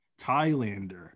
Thailander